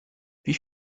wie